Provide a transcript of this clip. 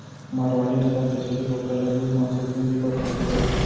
मारवारी नसल के छेरी बोकरा ल दूद, मांस अउ चूंदी बर पोसे जाथे